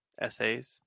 essays